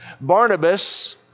Barnabas